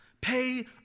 Pay